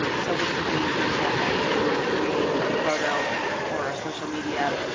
um so this would mean for example, say you were creating a photo or social media